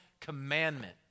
commandment